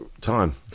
time